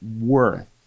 worth